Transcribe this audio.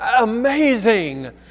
amazing